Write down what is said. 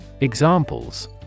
Examples